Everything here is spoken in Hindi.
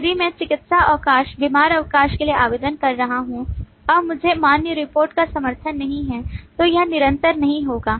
यदि मैं चिकित्सा अवकाश बीमार अवकाश के लिए आवेदन कर रहा हूं और मुझे मान्य रिपोर्ट का समर्थन नहीं है तो यह निरंतर नहीं होगा